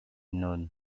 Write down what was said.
known